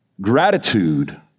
Gratitude